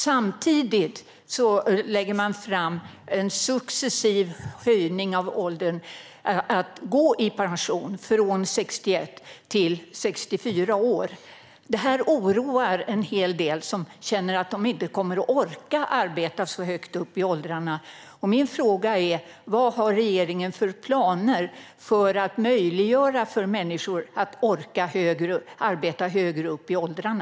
Samtidigt lägger man fram en successiv höjning av åldern för att få gå i pension, från 61 till 64 år. Detta oroar en del som känner att de inte kommer att orka arbeta så högt upp i åldrarna. Vad har regeringen för planer för att möjliggöra för människor att orka arbeta högre upp i åldrarna?